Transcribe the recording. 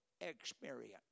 experience